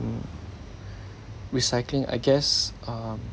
recycling I guess um